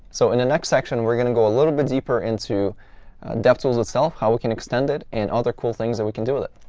so in the next section, we're going to go a little bit deeper into devtools itself, how we can extend it, and other cool things that we can do with it.